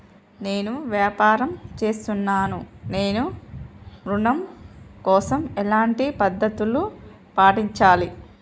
నేను వ్యాపారం చేస్తున్నాను నేను ఋణం కోసం ఎలాంటి పద్దతులు పాటించాలి?